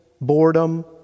boredom